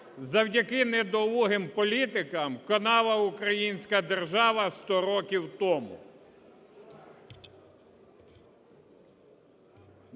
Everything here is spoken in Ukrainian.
завдяки недолугим політикам конала українська держава сто років тому.